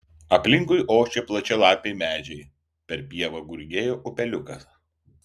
aplinkui ošė plačialapiai medžiai per pievą gurgėjo upeliukas